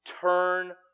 turn